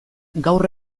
gaur